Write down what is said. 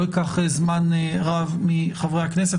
אני לא אקח זמן רב מחברי הכנסת,